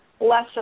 less